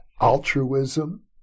altruism